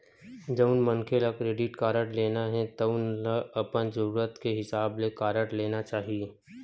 जउन मनखे ल क्रेडिट कारड लेना हे तउन ल अपन जरूरत के हिसाब ले कारड लेना चाही